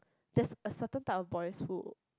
there's a certain type of boys who